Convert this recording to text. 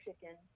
chicken